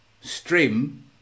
stream